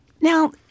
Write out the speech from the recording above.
Now